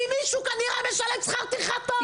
כי מישהו כנראה משלם שכר טרחה טוב.